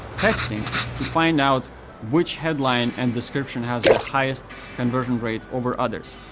testing to find out which headline and description has the highest conversion rate over others.